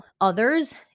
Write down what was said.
others